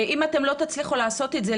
אם לא תצליחו לעשות זה,